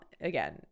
again